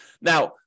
Now